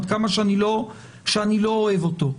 עד כמה שאני לא אוהב אותו.